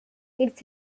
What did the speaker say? its